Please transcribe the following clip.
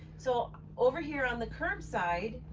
so over here on the curb side,